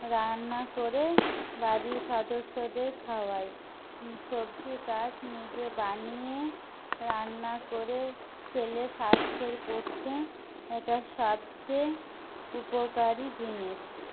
রান্না করে বাড়ির সদস্যদের খাওয়াই সবজি গাছ নিজে বানিয়ে রান্না করে খেলে স্বাস্থ্যের পক্ষে এটা সবচেয়ে উপকারী জিনিস